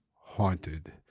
haunted